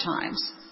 times